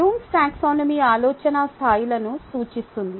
Bloom's taxonomy TAXONOMY ఆలోచన స్థాయిలను సూచిస్తుంది